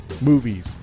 movies